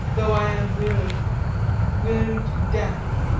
though i am weary weary to death.